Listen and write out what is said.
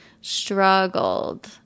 struggled